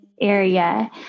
area